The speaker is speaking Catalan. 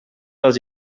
dels